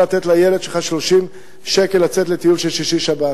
לתת לילד שלך 30 שקל לצאת לטיול של שישי-שבת?